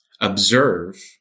observe